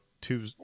two